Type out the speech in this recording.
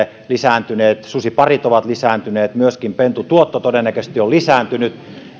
lisääntyneet ja susiparit ovat lisääntyneet myöskin pentutuotto todennäköisesti on lisääntynyt